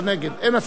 מתנגד.